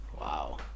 Wow